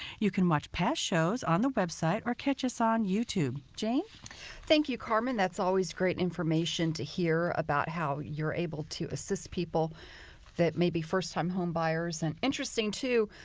you can watch past shows on the web site or catch us on youtube. jane? jane thank you, karmen. that's always great information to hear about how you're able to assist people that may be first-time home buyers. and interesting, too,